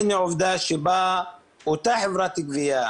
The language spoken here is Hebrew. עובדה שאותה חברת גבייה,